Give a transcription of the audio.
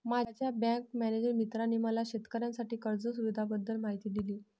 माझ्या bank manager मित्राने मला शेतकऱ्यांसाठी कर्ज सुविधांबद्दल माहिती दिली